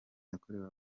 yakorewe